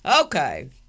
Okay